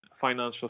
financial